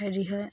হেৰি হয়